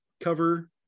cover